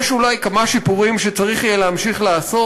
יש אולי כמה שיפורים שצריך יהיה להמשיך לעשות,